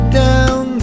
down